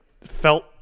felt